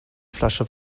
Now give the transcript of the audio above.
flasche